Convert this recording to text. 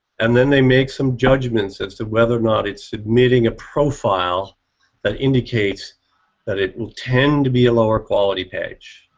and then they make some judgements as to whether or not it's submitting a profile that indicates that it will tend to be a lower quality page,